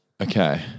Okay